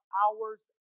hours